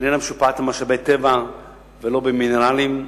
איננה משופעת במשאבי טבע ולא במינרלים,